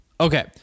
Okay